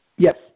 Yes